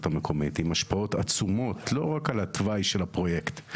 המקומית עם השפעות עצומות לא רק על התוואי של הפרויקט,